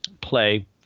play